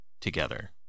together